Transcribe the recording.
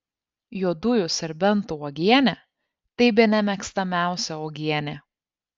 juodųjų serbentų uogienė tai bene mėgstamiausia uogienė